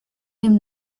dem